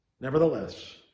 Nevertheless